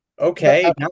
okay